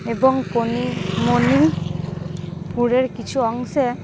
এবং কণি মণিপুরের কিছু অংশে